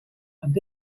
and